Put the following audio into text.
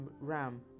ram